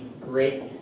Great